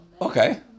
okay